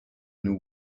new